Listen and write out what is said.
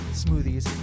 smoothies